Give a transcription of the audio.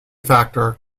factor